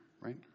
right